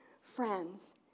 friends